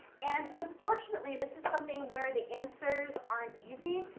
and unfortunately this is something where the answers aren't easy.